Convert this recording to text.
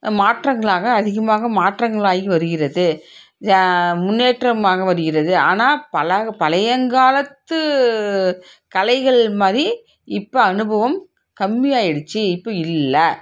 மாற்றங்களாக அதிகமாக மாற்றங்களாகி வருகிறது ஜ முன்னேற்றமாக வருகிறது ஆனால் பலக பழையங்காலத்து கலைகள் மாதிரி இப்போ அனுபவம் கம்மியாகிடுச்சி இப்போ இல்லை